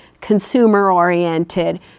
consumer-oriented